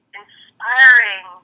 inspiring